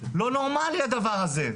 לא נורמלי הדבר הזה.